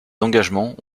engagements